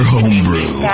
Homebrew